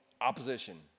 opposition